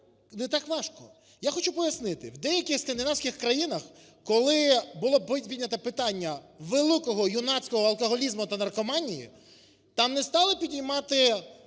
не так важко. Я хочу пояснити. В деяких Скандинавських країнах, коли було піднято питання великого юнацького алкоголізму та наркоманії, там не стали піднімати